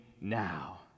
now